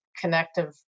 connective